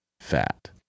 fat